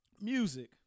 Music